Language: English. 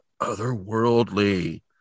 otherworldly